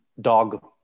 dog